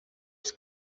els